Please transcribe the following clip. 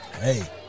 Hey